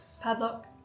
Padlock